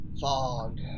fog